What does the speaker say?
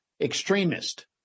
extremist